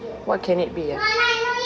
what can it be ah